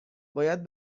باید